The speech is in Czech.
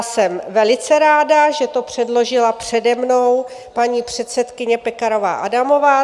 Jsem velice ráda, že to předložila přede mnou paní předsedkyně Pekarová Adamová.